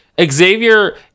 xavier